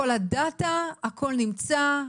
כל ה-data, כל נמצא,